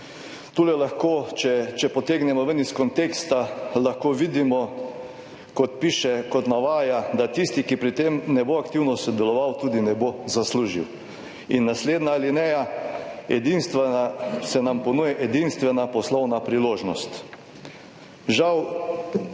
Tule lahko, če potegnemo ven iz konteksta, lahko vidimo, kot piše, kot navaja, da tisti, ki pri tem ne bo aktivno sodeloval tudi ne bo zaslužil. Naslednja alineja, ponuja se edinstvena poslovna priložnost. Žal